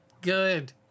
good